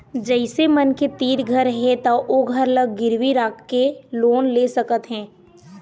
जइसे मनखे तीर घर हे त ओ घर ल गिरवी राखके लोन ले सकत हे